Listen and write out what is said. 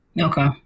Okay